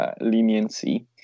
Leniency